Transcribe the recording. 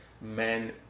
men